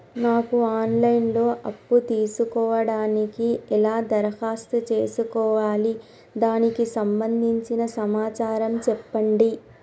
నాకు online లో అప్పు తీసుకోవడానికి ఎలా దరఖాస్తు చేసుకోవాలి దానికి సంబంధించిన సమాచారం చెప్పండి?